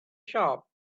shop